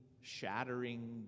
shattering